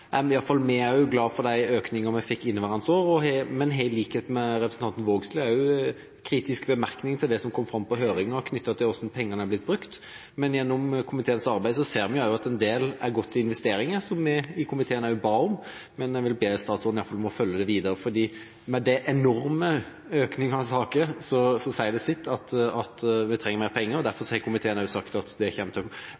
men har i likhet med representanten Vågslid også kritiske bemerkninger til det som kom fram i høringen om hvordan pengene er blitt brukt. Gjennom komiteens arbeid ser vi at en del er gått til investeringer, som vi i komiteen også ba om, men vi vil be statsråden om å følge det videre. For med den enorme økningen av saker sier det seg selv at vi trenger mer penger, og derfor